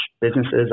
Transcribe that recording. businesses